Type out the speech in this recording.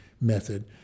method